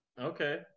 okay